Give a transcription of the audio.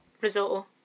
risotto